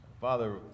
father